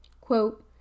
Quote